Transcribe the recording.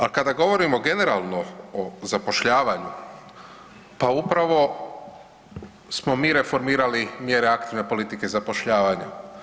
A kada govorimo generalno o zapošljavanju pa upravo smo mi reformirali mjere aktivne politike zapošljavanja.